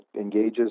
engages